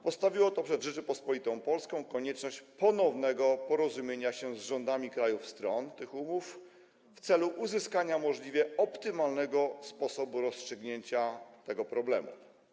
Postawiło to przed Rzecząpospolitą Polską konieczność ponownego porozumienia się z rządami krajów stron tych umów w celu uzyskania możliwie optymalnego sposobu rozstrzygnięcia tego problemu.